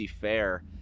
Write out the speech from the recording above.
Fair